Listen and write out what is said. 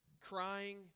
crying